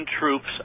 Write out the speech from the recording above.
troops